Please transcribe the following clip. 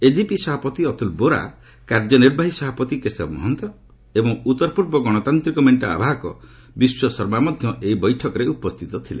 AGP ସଭାପତି ଅତୁଲ ବୋରା କାର୍ଯ୍ୟନିର୍ବାହୀ ସଭାପତି କେଶବ ମହାନ୍ତ ଏବଂ ଉଉର ପୂର୍ବ ଗଣତାନ୍ତିକ ମେଣ୍ଟ ଆବାହକ ବିଶ୍ୱ ଶର୍ମା ମଧ୍ୟ ଏହି ବୈଠକରେ ଉପସ୍ଥିତ ଥିଲେ